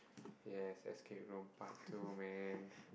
yes escape room part two man